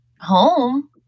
home